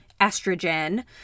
estrogen